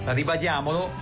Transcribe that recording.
ribadiamolo